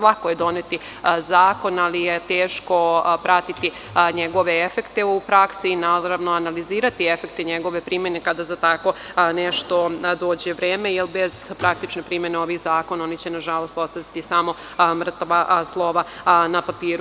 Lako je doneti zakon, ali je teško pratiti njegove efekte u praksi i naravno, analizirati njegove primene kada za tako nešto dođe vreme, jer bez praktične primene ovih zakona oni će nažalost, postati samo mrtvo slovo na papiru.